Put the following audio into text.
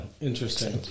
Interesting